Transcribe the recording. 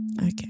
Okay